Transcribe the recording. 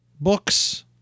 books